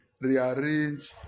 rearrange